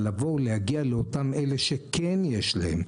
אבל לבוא ולהגיע לאותם אלה שכן יש להם,